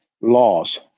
laws